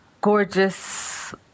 gorgeous